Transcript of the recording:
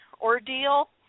Ordeal